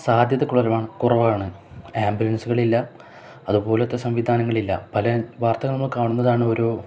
സാധ്യത കുറവാണ് ആംബുലൻസുകളില്ല അതുപോലത്തെ സംവിധാനങ്ങളില്ല പല വാർത്തകൾ നമ്മള് കാണുന്നതാണ് ഓരോ